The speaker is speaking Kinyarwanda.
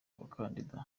abakandida